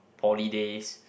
poly days